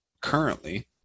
currently